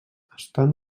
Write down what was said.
estan